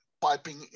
piping